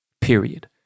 Period